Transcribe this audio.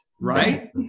right